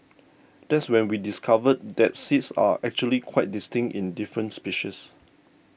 that's when we discovered that seeds are actually quite distinct in different species